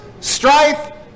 strife